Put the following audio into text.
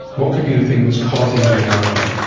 what could be the thing that is causing the allergy?